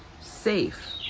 safe